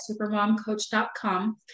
supermomcoach.com